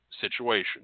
situation